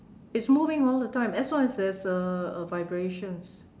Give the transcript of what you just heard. it's moving all the time as long as there's a a vibration